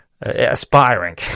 Aspiring